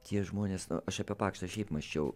tie žmonės aš apie pakštą šiaip mąsčiau